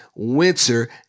winter